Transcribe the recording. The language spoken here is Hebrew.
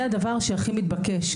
זה הדבר המתבקש ביותר.